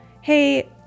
hey